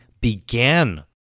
began